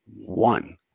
one